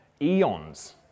eons